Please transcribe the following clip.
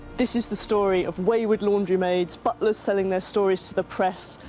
this is the story of wayward laundry maids, butlers selling their stories to the press,